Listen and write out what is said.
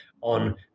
on